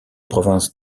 provinces